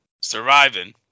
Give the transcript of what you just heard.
surviving